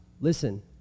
listen